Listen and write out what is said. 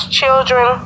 children